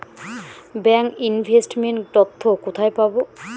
Bank investment তথ্য কোথায় পাব?